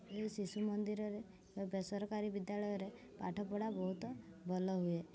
ଏ ଶିଶୁ ମନ୍ଦିରରେ ବେସରକାରୀ ବିଦ୍ୟାଳୟରେ ପାଠପଢ଼ା ବହୁତ ଭଲ ହୁଏ